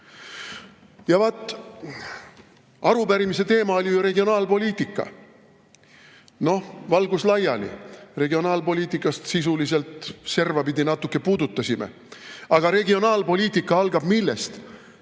vaat, arupärimise teema oli ju regionaalpoliitika. Noh, valgus laiali. Regionaalpoliitikat sisuliselt servapidi natuke puudutasime. Aga regionaalpoliitika algab millest?